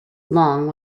long